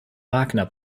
wagner